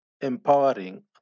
empowering